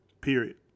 Period